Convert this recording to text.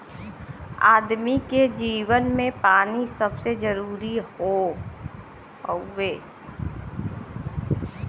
आदमी के जीवन मे पानी सबसे जरूरी हौ